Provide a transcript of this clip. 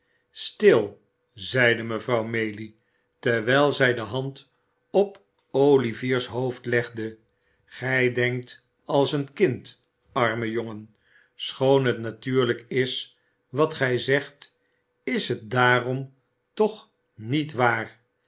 stil zeide mevrouw maylie terwijl zij de hand op olivier's hoofd legde gij denkt als een kind arme jongen schoon het natuurlijk is wat gij zegt is het daarom toch niet waar